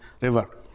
river